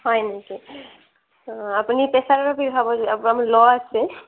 হয় নেকি অঁ আপুনি প্ৰেছাৰৰ পিল খাব লাগিব একদম ল' আছে